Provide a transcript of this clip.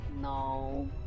no